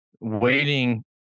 waiting